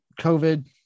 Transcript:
COVID